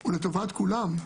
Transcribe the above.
הוא לטובת כולם.